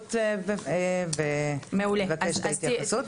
הרוקחות ואבקש התייחסות.